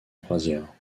croisière